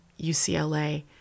UCLA